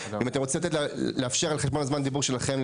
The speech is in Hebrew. ואם אתם רוצים לתת לאפשר על חשבון זמן הדיבור שלכם,